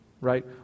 right